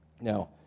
Now